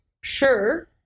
Sure